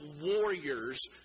warriors